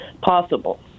possible